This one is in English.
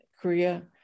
Korea